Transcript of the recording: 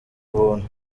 ubuntu